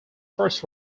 first